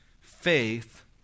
faith